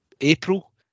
April